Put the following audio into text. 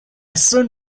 soon